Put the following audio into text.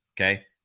okay